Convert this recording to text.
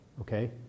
okay